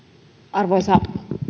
arvoisa